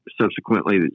subsequently